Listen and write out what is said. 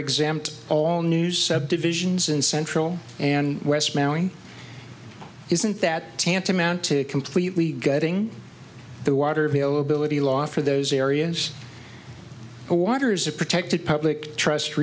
exempt all new subdivisions in central and west mowing isn't that tantamount to a completely gutting the water availability law for those areas the waters are protected public trust